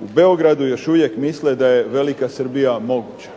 u Beogradu još uvijek misle da je velika Srbija moguća.